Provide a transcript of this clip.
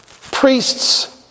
Priests